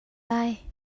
lai